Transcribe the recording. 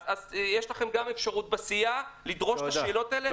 אז יש לכם גם אפשרות בסיעה לדרוש את השאלות האלה,